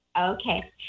Okay